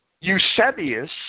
Eusebius